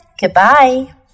goodbye